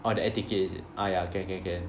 orh the air ticket is it uh ya can can can